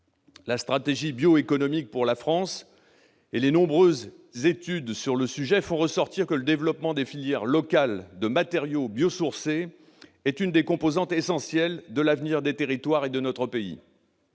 La « stratégie bioéconomie pour la France » et les nombreuses études sur le sujet font ressortir que le développement de filières locales de matériaux biosourcés est l'une des composantes essentielles de l'avenir des territoires et de notre pays.